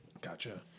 Gotcha